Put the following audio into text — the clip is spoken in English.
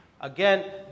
Again